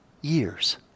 years